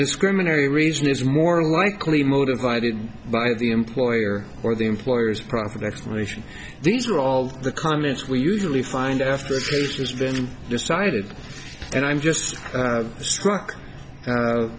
discriminatory reason is more likely motivated by the employer or the employer's profit explanation these are all the comments we usually find after she's been decided and i'm just struck